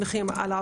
זה המצב.